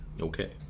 Okay